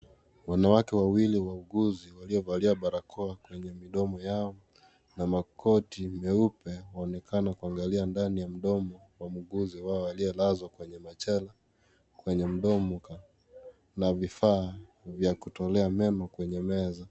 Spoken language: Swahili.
Wanawake wawili wauguzi, waliovalia barakoa kwenye midomo yao, na makoti meupe waonekana kuangalia ndani ya mdomo wa muuguzi wao aliyelazwa kwenye majela kwenye mdomo, na vifaa vya kutolea meno kwenye meza.